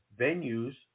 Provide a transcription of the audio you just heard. venues